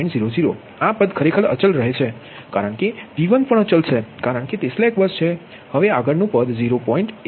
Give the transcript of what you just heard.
0 આ પદ ખરેખર અચલ રહે છે કારણ કે V1 પણ અચલ છે કારણ કે તે સ્લેક બસ છે હવે આગળનુ પદ 0